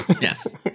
Yes